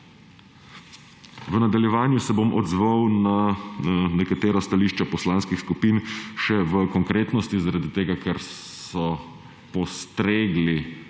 V nadaljevanju se bom odzval na nekatera stališča poslanskih skupin še v konkretnosti, ker so postregli